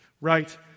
right